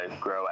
grow